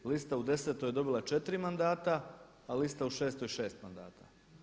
Lista u desetoj je dobila 4 mandata, a lista u šestoj 6 mandata.